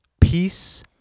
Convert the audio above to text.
peace